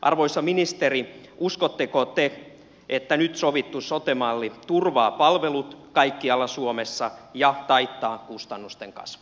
arvoisa ministeri uskotteko te että nyt sovittu sote malli turvaa palvelut kaikkialla suomessa ja taittaa kustannusten kasvun